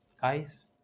guys